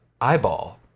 eyeball